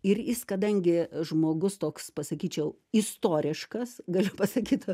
ir jis kadangi žmogus toks pasakyčiau istoriškas galiu pasakyt